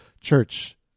church